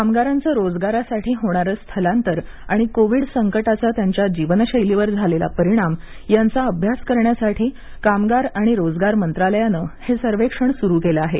कामगारांचं रोजगारासाठी होणारं स्थलांतर आणि कोविड संकटाचा त्यांच्या जीवनशैलीवर झालेला परिणाम यांचा अभ्यास करण्यासाठी कामगार आणि रोजगार मंत्रालयानं हे सर्वेक्षण सुरू केलं आहे